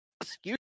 Excuse